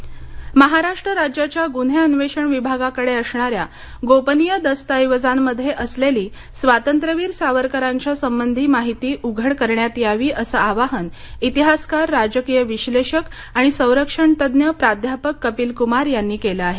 सावरकर व्याख्यानमाला महाराष्ट्र राज्याच्या गुन्हे अन्वेषण विभागाकडे असणाऱ्या गोपनीय दस्तऐवजांमध्ये असलेली स्वातंत्र्यवीर सावरकरांच्या संबंधी माहिती उघड करण्यात यावी असं आवाहन इतिहासकार राजकीय विश्लेषक आणि संरक्षण तज्ज्ञ प्राध्यापक कपिल कुमार यांनी केलं आहे